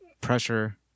pressure